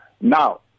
Now